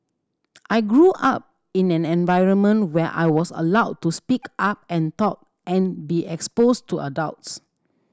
I grew up in an environment where I was allowed to speak up and talk and be exposed to adults